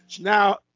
Now